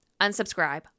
unsubscribe